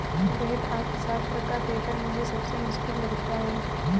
वृहत अर्थशास्त्र का पेपर मुझे सबसे मुश्किल लगता है